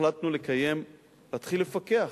החלטנו להתחיל לפקח.